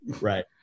Right